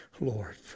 Lord